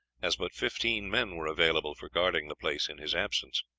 as but fifteen men were available for guarding the place in his absence.